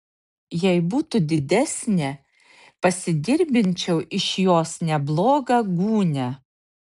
jei būtų didesnė pasidirbdinčiau iš jos neblogą gūnią